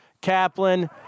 Kaplan